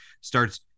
starts